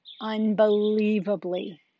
unbelievably